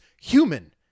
human